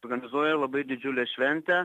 organizuoju labai didžiulę šventę